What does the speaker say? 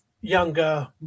younger